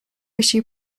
issue